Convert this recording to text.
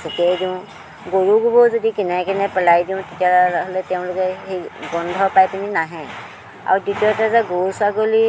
ছতিয়াই দিওঁ গৰু গোবৰো যদি কিনাৰে কিনাৰে পেলাই দিওঁ তেতিয়াহ'লে তেওঁলোকে সেই গোন্ধ পাইকেনে নাহে আৰু দ্বিতীয়তে যে গৰু ছাগলী